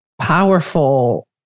powerful